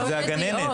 זאת הגננת.